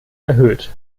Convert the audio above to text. erhöht